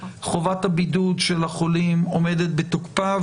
חובת הבידוד של החולים עומדת בתוקפה,